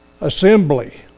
assembly